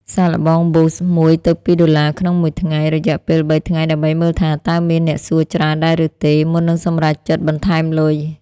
សាកល្បង Boost ១-២ ដុល្លារក្នុងមួយថ្ងៃ រយៈពេល ៣ ថ្ងៃ ដើម្បីមើលថា តើមានអ្នកសួរច្រើនដែរឬទេ មុននឹងសម្រេចចិត្តបន្ថែមលុយ។